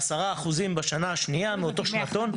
10% בשנה השנייה מאותו שנתון.